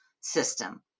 system